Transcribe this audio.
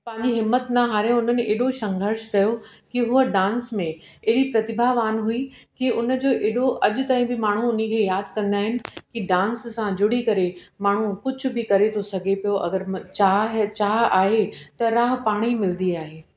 पंहिंजी हिंमत न हारे उन्हनि हेॾो संघर्ष कयो कि हूअ डांस में हेॾी प्रतिभावान हुई कि हुनजो हेॾो अॼु ताईं बि माण्हू उन्हीअ खे यादि कंदा आहिनि कि डांस सां जुड़ी करे माण्हू कुझु बी करे थो सघे पियो अगरि चाह है चाह आहे त राह पाण ई मिलंदी आहे